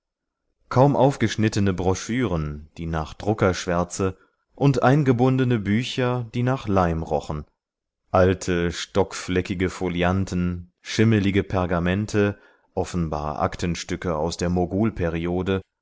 kaum aufgeschnittene broschüren die nach druckerschwärze und eingebundene bücher die nach leim rochen alte stockfleckige folianten schimmelige pergamente offenbar aktenstücke aus der